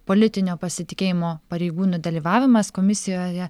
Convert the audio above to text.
politinio pasitikėjimo pareigūnų dalyvavimas komisijoje